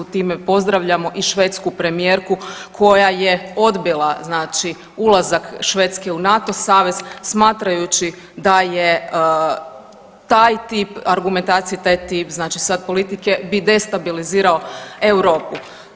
Time pozdravljamo i švedsku premijerku koja je odbila, znači ulazak Švedske u NATO savez smatrajući da je taj tip argumentacije, taj tip znači politike bi destabilizirao Europu.